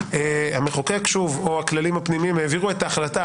שהמחוקק או הכללים הפנימיים העבירו את ההחלטה.